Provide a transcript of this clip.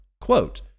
Quote